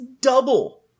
double